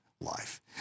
life